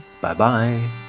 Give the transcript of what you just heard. Bye-bye